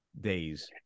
days